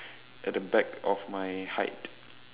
at the back of my height